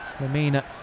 Lamina